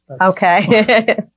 Okay